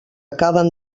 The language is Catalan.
acaben